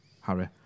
Harry